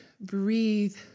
breathe